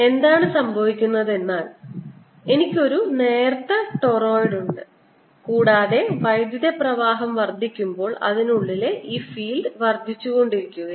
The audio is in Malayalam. എന്താണ് സംഭവിക്കുന്നത് എനിക്ക് ഒരു നേർത്ത ടോറോയ്ഡ് ഉണ്ട് കൂടാതെ വൈദ്യുത പ്രവാഹം വർദ്ധിക്കുമ്പോൾ അതിനുള്ളിലെ ഈ ഫീൽഡ് വർദ്ധിച്ചുകൊണ്ടിരിക്കുകയാണ്